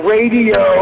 Radio